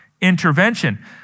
intervention